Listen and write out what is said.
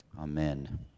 Amen